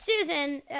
susan